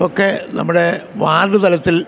ഒക്കെ നമ്മുടെ വാർഡ് തലത്തിൽ